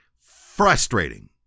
frustrating